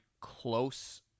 close